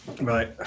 Right